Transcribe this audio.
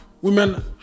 Women